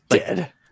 dead